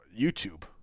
YouTube